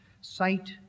sight